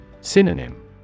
Synonym